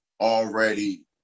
already